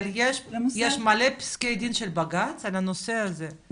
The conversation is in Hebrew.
אבל יש מלא פסקי דין של בג"ץ על הנושא הזה,